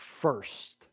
first